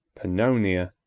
pannonia,